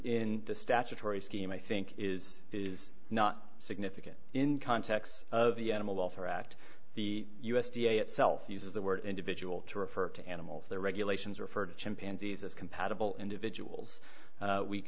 in the statutory scheme i think is not significant in context of the animal welfare act the u s d a itself uses the word individual to refer to animals the regulations refer to chimpanzees as compatible individuals